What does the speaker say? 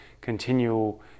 continual